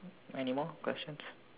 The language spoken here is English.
any more questions